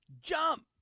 Jump